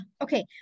okay